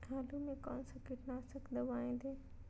आलू में कौन सा कीटनाशक दवाएं दे?